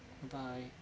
bye